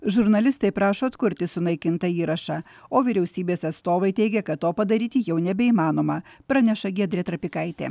žurnalistai prašo atkurti sunaikintą įrašą o vyriausybės atstovai teigia kad to padaryti jau nebeįmanoma praneša giedrė trapikaitė